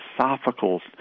philosophical